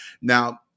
Now